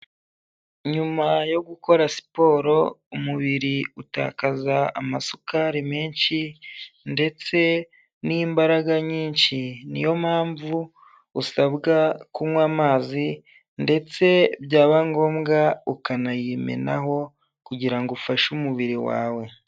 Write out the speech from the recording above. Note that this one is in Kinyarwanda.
Nyuma yo gukora siporo, umubiri utakaza amasukari menshi ndetse n'imbaraga nyinshi, ni yo mpamvu usabwa kunywa amazi ndetse byaba ngombwa ukanayimenaho kugira ngo ufashe umubiri wawe.